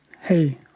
Hey